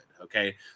Okay